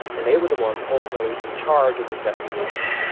and they were the ones ultimately in charge of the investigation